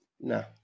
No